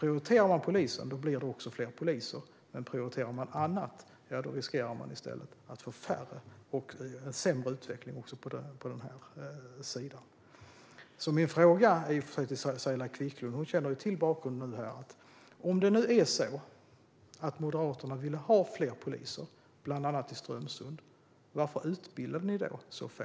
Prioriterar man polisen blir det också fler poliser, men prioriterar man annat, ja, då riskerar man i stället att få färre poliser och en sämre utveckling. Min fråga till Saila Quicklund, som känner till bakgrunden, blir då: Om det nu är så att Moderaterna vill ha fler poliser bland annat i Strömsund, varför utbildade ni då så få?